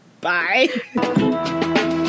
Bye